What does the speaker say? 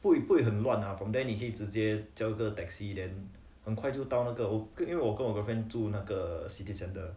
不会不会很壤啊 from there 你可以直接叫个 taxi then 很快就到那个因为我们跟我 girlfriend 住那个 city center